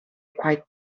quite